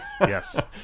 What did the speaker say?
yes